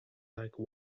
like